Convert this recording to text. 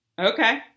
Okay